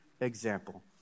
example